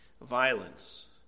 violence